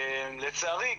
לצערי,